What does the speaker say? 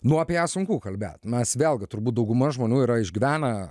nu apie ją sunku kalbėt mes vėlgi turbūt dauguma žmonių yra išgyvenę